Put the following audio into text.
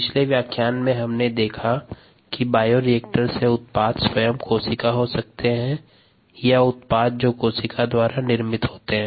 पिछले व्याख्यान में हमने देखा कि बायोरिएक्टर से उत्पाद स्वयं कोशिका हो सकते हैं या उत्पाद जो कोशिका द्वारा निर्मित होते हैं